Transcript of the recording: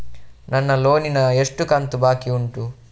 ನನ್ನ ಲೋನಿನ ಎಷ್ಟು ಕಂತು ಬಾಕಿ ಉಂಟು?